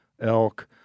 elk